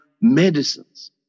medicines